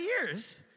years